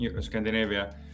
Scandinavia